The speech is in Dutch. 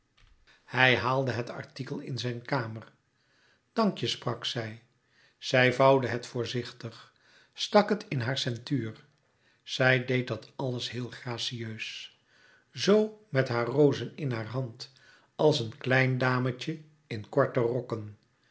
hij haalde het artikel in zijn kamer dank je sprak zij zij vouwde het voorzichtig stak het in haar ceintuur zij deed dat alles heel gracieus zoo met haar rozen in haar hand als een klein dametje in korte rokken